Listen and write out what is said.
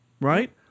right